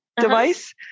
Device